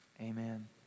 Amen